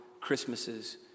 Christmases